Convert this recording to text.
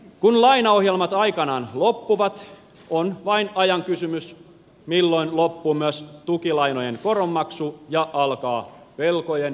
kun lainaohjelmat aikanaan loppuvat on vain ajan kysymys milloin loppuu myös tukilainojen koronmaksu ja alkaa velkojen anteeksianto